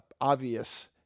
obvious